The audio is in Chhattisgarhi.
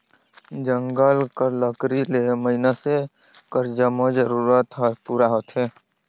जंगल कर लकरी ले मइनसे कर जम्मो जरूरत हर पूरा होथे